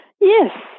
Yes